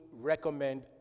recommend